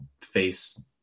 face